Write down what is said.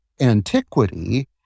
antiquity